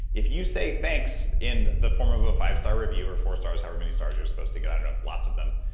if you say thanks in the form of of a five-star review or four stars, however many stars you're supposed to get. i don't know lots of them.